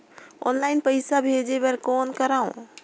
Online पईसा भेजे बर कौन करव?